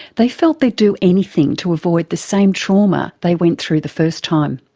they felt they'd do anything to avoid the same trauma they went through the first time.